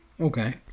Okay